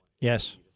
Yes